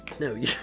No